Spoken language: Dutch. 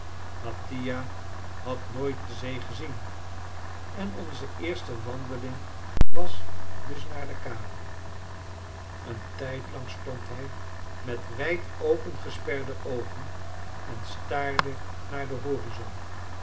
mattia had nooit de zee gezien en onze eerste wandeling was dus naar de kade een tijdlang stond hij met wijd opengesperde oogen en staarde naar den horizon